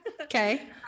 Okay